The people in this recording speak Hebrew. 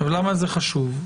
למה זה חשוב?